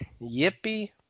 Yippee